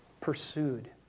pursued